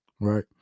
right